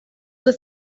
this